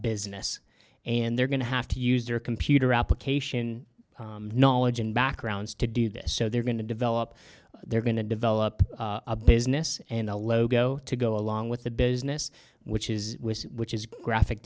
business and they're going to have to use their computer application knowledge and backgrounds to do this so they're going to develop they're going to develop a business and a logo to go along with the business which is which is graphic